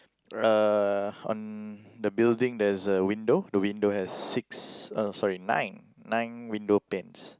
uh on the building there's a window the window has six uh sorry nine nine window panes